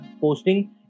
posting